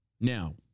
Now